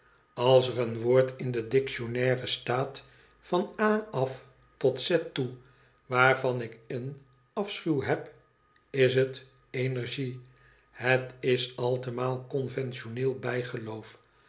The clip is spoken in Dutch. als er een woord in de dictionaire staat van a af tot z toe waarvan ik èen afschuw heb is het energie het is altemaal conventioneel bijgeloof